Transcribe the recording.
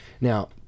now